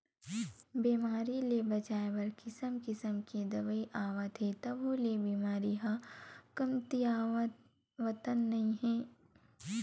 बेमारी ले बचाए बर किसम किसम के दवई आवत हे तभो ले बेमारी ह कमतीयावतन नइ हे